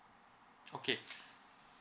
okay